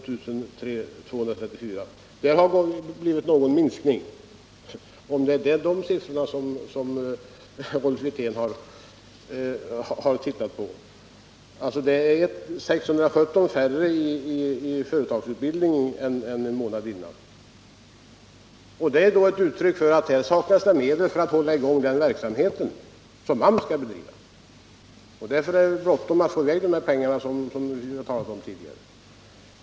Här har det visserligen blivit en liten minskning — det kanske är dessa siffror som Rolf Wirtén har tittat på; det är 617 färre i företagsutbildningen än det var månaden dessförinnan — men detta är ett uttryck för att det saknas medel för den här verksamheten som AMS skall bedriva, det är därför bråttom att få i väg de pengar som vi har talat om tidigare.